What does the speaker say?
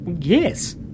Yes